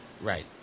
Right